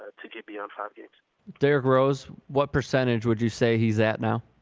ah to keep your pocket their grows what percentage would you say he's at now